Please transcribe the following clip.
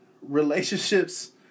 Relationships